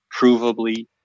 provably